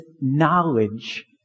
knowledge